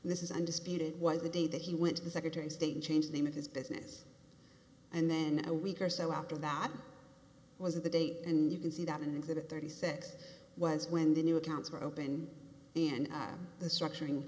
and this is undisputed was the day that he went to the secretary of state and change the name of his business and then a week or so after that was the date and you can see that in exhibit thirty six was when the new accounts were open and the structuring